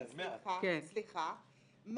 Void בטלות מאליהן.